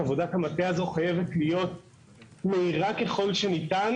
עבודת המטה הזאת חייבת להיות מהירה ככל שניתן.